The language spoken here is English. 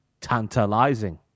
Tantalizing